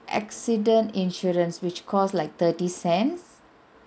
accident insurance which cost like thirty cents